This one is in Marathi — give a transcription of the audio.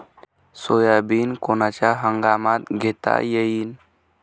सोयाबिन कोनच्या हंगामात घेता येईन?